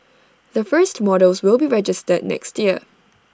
the first models will be registered next year